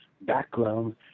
background